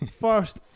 First